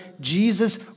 Jesus